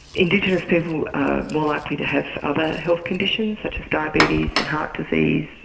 indigenous people are more likely to have other health conditions such as diabetes and heart disease,